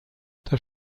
das